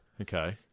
Okay